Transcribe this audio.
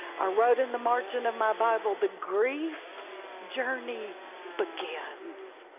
i wrote in the margin of my bible, the grief journey begins.